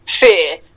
Fear